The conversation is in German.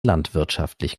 landwirtschaftlich